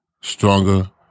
stronger